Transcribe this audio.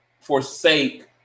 forsake